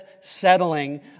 Settling